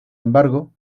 embargo